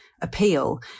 appeal